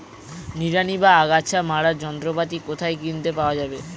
নিড়ানি বা আগাছা মারার যন্ত্রপাতি কোথায় কিনতে পাওয়া যাবে?